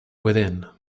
within